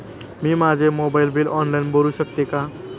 मी माझे mobile bill online भरू शकते का?